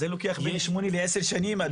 זה לוקח בין 8 ל-10 שנים אדוני.